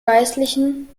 geistlichen